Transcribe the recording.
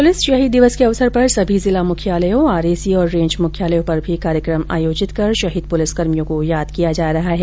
police शहीद दिवस के अवसर पर सभी जिला मुख्यालयों आरएसी और रेंज मुख्यालयों पर भी कार्यक्रम आयोजित कर शहीद पुलिसकर्मियों को याद किया जा रहा है